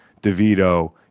DeVito